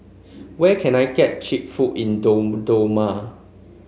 where can I get cheap food in Dodoma